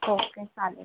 okay चालेल